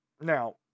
Now